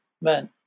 men